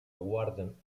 guarden